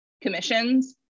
Commissions